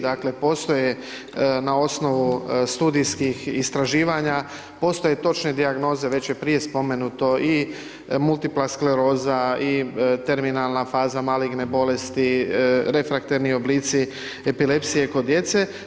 Dakle, postoje na osnovu studijskih istraživanja, postoje točne dijagnoze, veće je prije spomenuto i multipla skleroza i terminalna faza maligne bolesti, reflekterni oblici epilepsije kod djece.